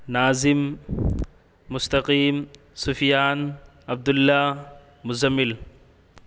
Nazim Mustaqim Sufyan Abdullah Muzammil